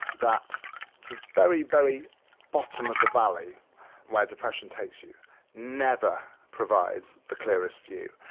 that the very, very bottom of the valley where depression takes you never provides the clearest view,